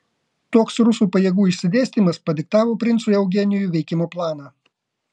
toks rusų pajėgų išsidėstymas padiktavo princui eugenijui veikimo planą